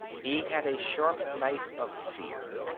he had a sharp knife of fear.